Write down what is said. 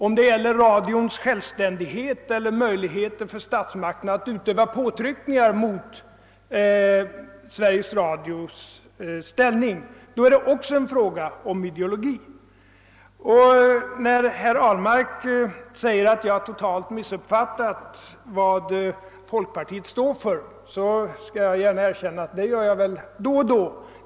Om det gäller radions självständighet eller statsmakternas möjligheter att utöva påtryckningar mot Sveriges Radios ställning, då är det också en fråga om ideologi. När herr Ahlmark säger att jag totalt missuppfattat vad folkpartiet står för, så skall jag gärna erkänna att det gör jag väl då och då.